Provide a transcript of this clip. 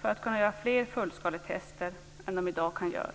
för att kunna göra fler fullskaletester än de i dag kan göra.